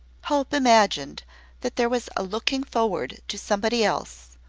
hope imagined that there was a looking forward to somebody else,